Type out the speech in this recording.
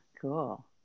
cool